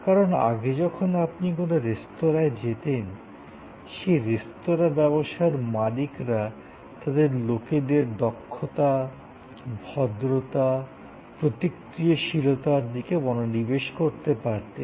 কারণ আগে যখন আপনি কোনও রেস্তোঁরায় যেতেন সেই রেস্তোঁরা ব্যবসায়ের মালিকরা তাদের লোকেদের দক্ষতা ভদ্রতা প্রতিক্রিয়াশীলতার দিকে মনোনিবেশ করতে পারতেন